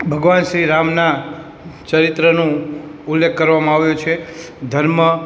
ભગવાન શ્રી રામનાં ચરિત્રનું ઉલ્લેખ કરવામાં આવ્યો છે ધર્મ